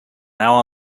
now